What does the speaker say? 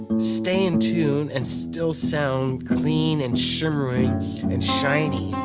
stay in tune and still sound clean and shimmery and shiny.